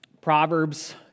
Proverbs